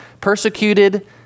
Persecuted